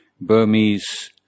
Burmese